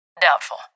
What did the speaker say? Doubtful